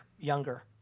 younger